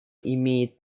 имеет